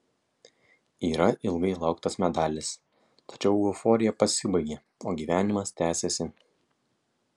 yra ilgai lauktas medalis tačiau euforija pasibaigia o gyvenimas tęsiasi